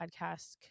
podcast